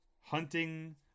hunting